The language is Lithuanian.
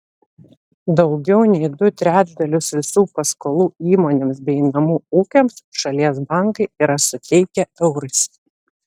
daugiau nei du trečdalius visų paskolų įmonėms bei namų ūkiams šalies bankai yra suteikę eurais